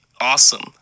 awesome